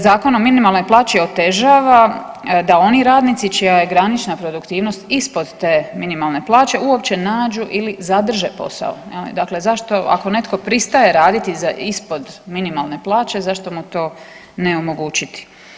Zakon o minimalnoj plaći otežava da oni radnici čija je granična produktivnost ispod te minimalne plaće uopće nađu ili zadrže posao, dakle zašto ako netko pristaje raditi ispod minimalne plaće zašto mu to ne omogućiti.